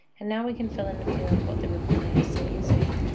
and now we can fill in the field what the reply is. so we can say,